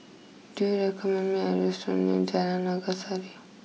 do you recommend me a restaurant near Jalan Naga Sari